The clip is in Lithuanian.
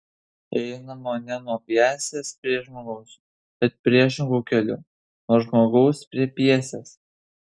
einama ne nuo pjesės prie žmogaus bet priešingu keliu nuo žmogaus prie pjesės